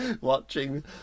watching